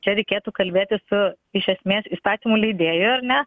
čia reikėtų kalbėti su iš esmės įstatymų leidėju ar ne